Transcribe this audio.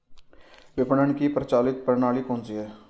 विपणन की प्रचलित प्रणाली कौनसी है?